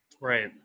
Right